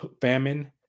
famine